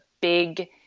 big